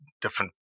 different